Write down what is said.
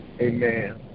Amen